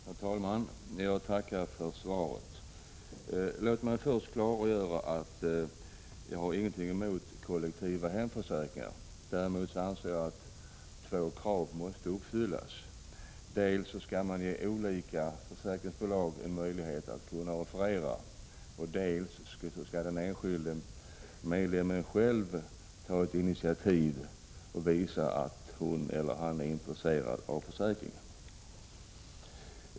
Herr talman! Jag tackar för svaret. Låt mig först klargöra att jag inte har någonting emot kollektiva hemförsäkringar. Däremot anser jag att två krav måste uppfyllas: dels skall olika försäkringsbolag ges möjlighet att offerera, dels skall den enskilde medlemmen själv ta ett initiativ och visa att hon eller han är intresserad av försäkringen.